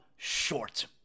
Short